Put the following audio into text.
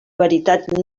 veritat